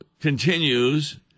continues